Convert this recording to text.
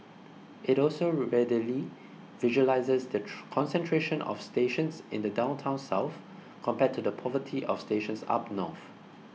it also readily visualises the concentration of stations in the downtown south compared to the poverty of stations up north